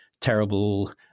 terrible